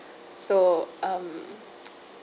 so mm